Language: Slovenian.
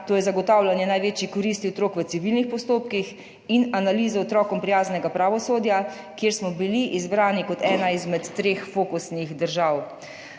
to je zagotavljanje največje koristi otrok v civilnih postopkih in analize otrokom prijaznega pravosodja, kjer smo bili izbrani kot ena izmed treh fokusnih držav.